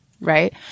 right